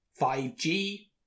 5G